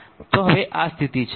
તો હવે આ સ્થિતિ છે